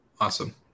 Awesome